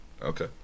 Okay